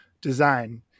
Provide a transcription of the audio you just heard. design